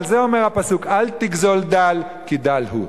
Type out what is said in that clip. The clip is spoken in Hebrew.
על זה אומר הפסוק: "אל תגזל דל כי דל הוא".